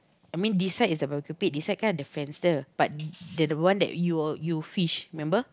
I mean this side is the barbecue pit this side kan ada fence dia but that the one you you fish remember